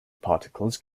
particles